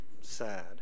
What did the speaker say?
Sad